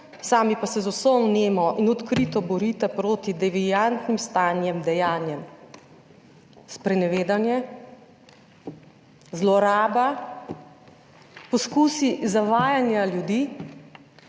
sami pa se z vso vnemo in odkrito borite proti deviantnim stanjem, dejanjem. Sprenevedanje, zloraba, poskusi zavajanja ljudi,